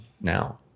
now